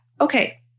Okay